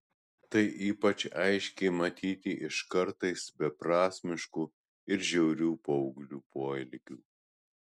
tai ypač aiškiai matyti iš kartais beprasmiškų ir žiaurių paauglių poelgių